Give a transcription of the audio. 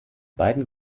beiden